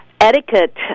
etiquette